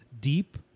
deep